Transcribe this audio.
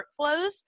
workflows